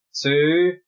two